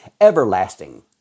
everlasting